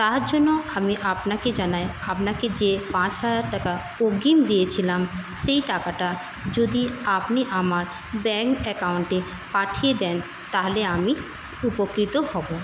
তার জন্য আমি আপনাকে জানাই আপনাকে যে পাঁচ হাজার টাকা অগ্রিম দিয়েছিলাম সেই টাকাটা যদি আপনি আমার ব্যাঙ্ক অ্যাকাউন্টে পাঠিয়ে দেন তাহলে আমি উপকৃত হবো